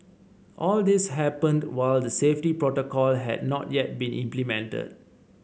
all this happened while the safety protocol had not yet been implemented